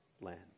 land